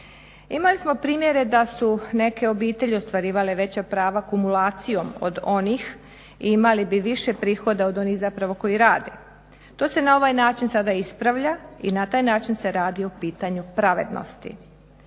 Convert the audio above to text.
Imali smo primjere da su neke obitelji ostvarivali veća prava, kumulacijom od onih, imali bi više prihoda od onih zapravo koji rade. To se na ovaj način sada ispravlja i na taj način se radi o pitanju pravednosti.